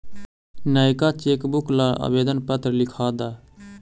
नएका चेकबुक ला आवेदन पत्र लिखा द